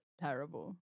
terrible